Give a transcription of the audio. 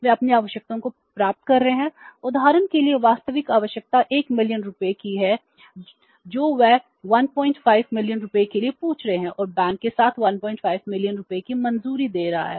वे अपनी आवश्यकताओं को प्राप्त कर रहे हैं उदाहरण के लिए वास्तविक आवश्यकता 1 मिलियन रुपये की है जो वे 150000 या 15 मिलियन रुपये के लिए पूछ रहे हैं और बैंक के साथ 15 मिलियन रुपये की मंजूरी दे रहा है